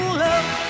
love